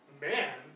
Man